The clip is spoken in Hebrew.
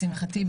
לשמחתי,